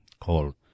call